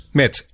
met